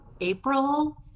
April